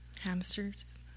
Hamsters